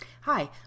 Hi